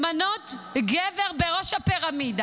למנות גבר בראש הפירמידה.